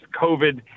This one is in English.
COVID